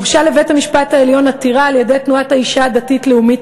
הוגשה לבית-המשפט העליון עתירה על-ידי תנועת האישה הדתית-לאומית,